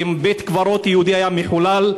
אם בית-קברות יהודי היה מחולל,